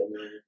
man